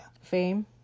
Fame